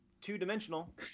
two-dimensional